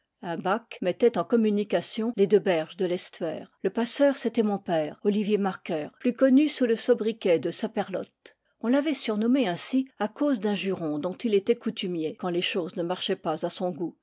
un bac mettait en communication les deux berges de l'estuaire le passeur c'était mon père olivier marker plus connu sous le sobriquet de saperlott on l'avait surnommé ainsi à cause d'un juron dont il était coutumier quand les choses ne marchaient pas à son goût